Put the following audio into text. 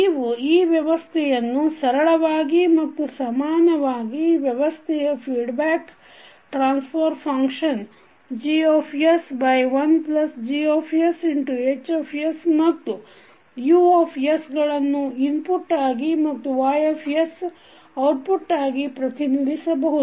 ನೀವು ಈ ವ್ಯವಸ್ಥೆಯನ್ನು ಸರಳವಾಗಿ ಮತ್ತು ಸಮಾನವಾಗಿ ವ್ಯವಸ್ಥೆಯ ಫೀಡ್ಬ್ಯಾಕ್ ಟ್ರಾನ್ಸ್ಫರ್ ಫಂಕ್ಷನ್G1GsHಮತ್ತುU ಗಳನ್ನು ಇನ್ಪುಟ್ ಆಗಿ ಮತ್ತುYಔಟ್ಪುಟ್ ಆಗಿ ಪ್ರತಿನಿಧಿಸಬಹುದು